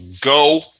go